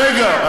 רגע.